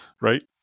Right